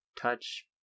touch